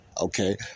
okay